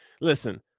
listen